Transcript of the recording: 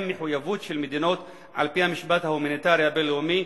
מחויבות של מדינות על-פי המשפט ההומניטרי הבין-לאומי,